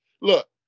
look